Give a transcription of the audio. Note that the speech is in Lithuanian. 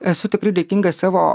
esu tikrai dėkingas savo